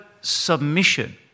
submission